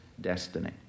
destiny